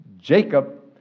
Jacob